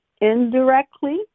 indirectly